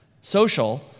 social